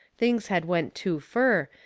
things had went too fur,